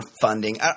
funding